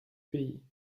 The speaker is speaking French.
pays